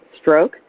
stroke